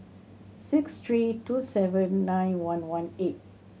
six three two seven nine one one eight